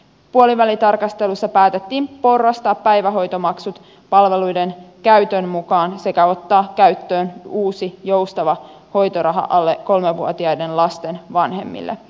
puolivälitarkastelussa päätettiin porrastaa päivähoitomaksut palveluiden käytön mukaan sekä ottaa käyttöön uusi joustava hoitoraha alle kolmevuotiaiden lasten vanhemmille